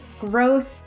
growth